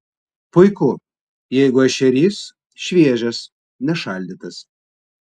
puiku jeigu ešerys šviežias ne šaldytas